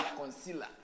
Concealer